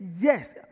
yes